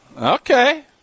Okay